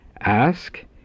ask